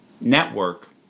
network